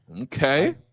Okay